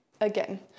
Again